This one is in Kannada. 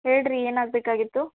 ಹೇಳಿ ರೀ ಏನಾಗಬೇಕಾಗಿತ್ತು